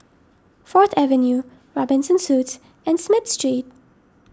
Fourth Avenue Robinson Suites and Smith Street